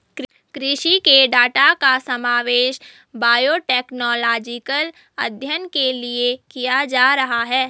कृषि के डाटा का समावेश बायोटेक्नोलॉजिकल अध्ययन के लिए किया जा रहा है